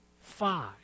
five